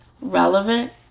Relevant